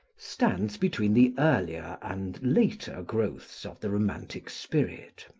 stands between the earlier and later growths of the romantic spirit.